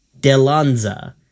Delanza